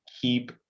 Keep